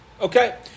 Okay